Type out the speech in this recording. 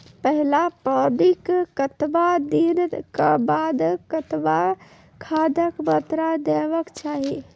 पहिल पानिक कतबा दिनऽक बाद कतबा खादक मात्रा देबाक चाही?